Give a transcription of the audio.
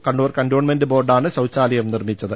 Kannur cantonment ബോർഡാണ് ശൌചാലയം നിർമ്മിച്ചത്